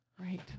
Right